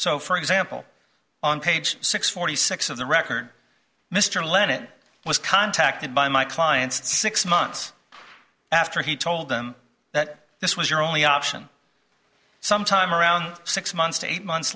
so for example on page six forty six of the record mr lenat was contacted by my clients six months after he told them that this was your only option some time around six months to eight months